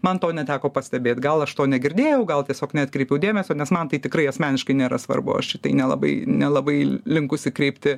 man to neteko pastebėt gal aš to negirdėjau gal tiesiog neatkreipiau dėmesio nes man tai tikrai asmeniškai nėra svarbu aš į tai nelabai nelabai linkusi kreipti